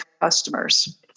customers